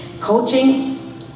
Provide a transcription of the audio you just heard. Coaching